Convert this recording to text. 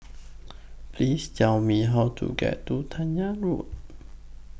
Please Tell Me How to get to Dahan Road